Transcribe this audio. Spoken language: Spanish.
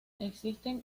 existen